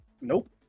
Nope